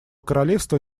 королевства